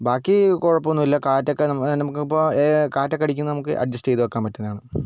ബാക്കി കുഴപ്പമൊന്നുമില്ല കാറ്റൊക്കെ നമുക്ക് നമുക്കിപ്പോൾ കാറ്റൊക്കെ അടിക്കുന്നത് നമുക്ക് അഡ്ജസ്റ്റ് ചെയ്ത് വയ്ക്കാൻ പറ്റുന്നതാണ്